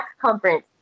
conference